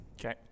Okay